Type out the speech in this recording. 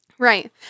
Right